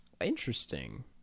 Interesting